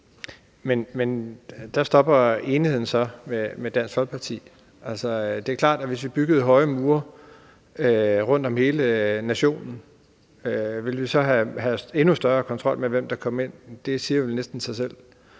Men der stopper enigheden med Dansk Folkeparti så. Det er klart, at hvis vi byggede høje mure rundt om hele nationen, ville vi have endnu større kontrol med, hvem der kom ind. Det siger vel næsten sig selv.